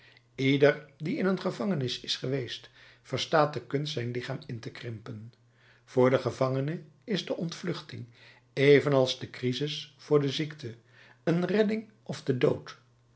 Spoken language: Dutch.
ieder die in een gevangenis is geweest verstaat de kunst zijn lichaam in te krimpen voor den gevangene is de ontvluchting evenals de crisis voor den zieke een redding of de dood